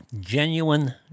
genuine